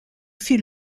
fut